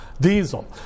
diesel